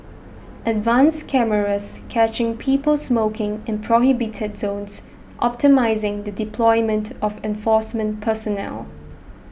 advanced cameras catching people smoking in prohibited zones optimising the deployment of enforcement personnel